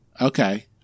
Okay